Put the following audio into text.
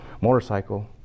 motorcycle